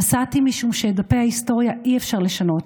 נסעתי משום שאת דפי ההיסטוריה אי-אפשר לשנות,